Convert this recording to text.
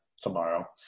tomorrow